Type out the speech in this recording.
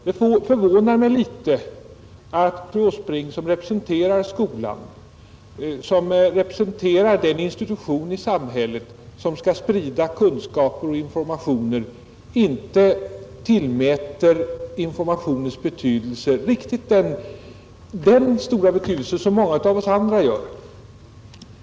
Det överraskar mig litet att fru Åsbrink, som representerar skolan, den institution i samhället som skall sprida kunskaper och informationer, inte tillmäter informationen riktigt den stora betydelse som många av oss andra gör.